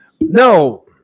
No